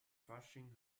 fasching